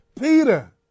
Peter